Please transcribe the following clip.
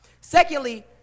Secondly